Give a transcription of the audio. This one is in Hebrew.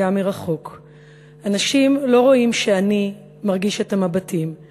גם מרחוק.// אנשים לא רואים שאני/ מרגיש את המבטים,/